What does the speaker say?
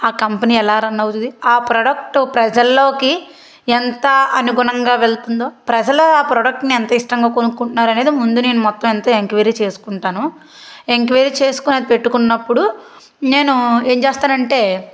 ఆ కంపెనీ ఎలా రన్ అవుతుంది ఆ ప్రోడక్ట్ ప్రజల్లోకి ఎంత అనుగుణంగా వెళ్తుందో ప్రజలు ఆ ప్రోడక్ట్ని ఎంత ఇష్టంగా కొనుక్కుంటున్నారనేది ముందు నేను మొత్తం అంత ఎంక్వైరీ చేస్కుంటాను ఎంక్వైరీ చేస్కొని అది పెట్టుకున్నప్పుడు నేను ఏం చేస్తానంటే